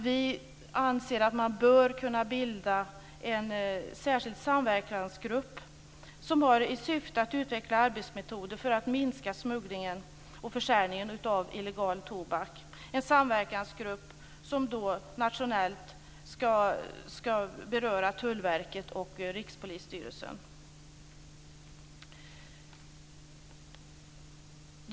Vi anser att man bör kunna bilda en särskild samverkansgrupp som har till syfte att utveckla arbetsmetoder för att minska smugglingen och försäljningen av illegal tobak. Samverkansgruppen ska nationellt omfatta Tullverket och Rikspolisstyrelsen.